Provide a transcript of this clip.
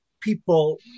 people